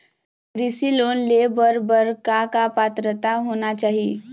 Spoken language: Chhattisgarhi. कृषि लोन ले बर बर का का पात्रता होना चाही?